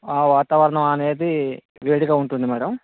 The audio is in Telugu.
ఆ వాతావరణం అనేది వేడిగా ఉంటుంది మ్యాడమ్